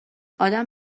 ادم